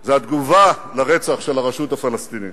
זה התגובה לרצח של הרשות הפלסטינית.